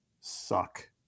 suck